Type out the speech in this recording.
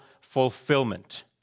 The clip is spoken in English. fulfillment